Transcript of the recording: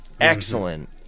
Excellent